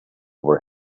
over